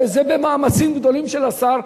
וזה במאמצים גדולים של השר,